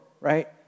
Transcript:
right